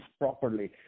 properly